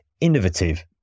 innovative